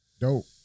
dope